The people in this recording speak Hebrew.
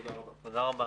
תודה רבה.